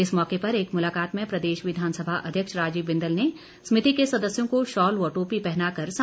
इस मौके पर एक मुलाकात में प्रदेश विधानसभा अध्यक्ष राजीव बिंदल ने समिति के सदस्यों को शॉल व टोपी पहनाकर सम्मानित किया